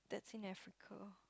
that's in Africa